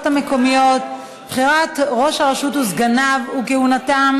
המקומיות (בחירת ראש הרשות וסגניו וכהונתם)